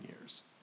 years